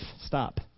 Stop